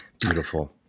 Beautiful